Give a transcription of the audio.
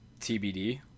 TBD